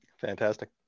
Fantastic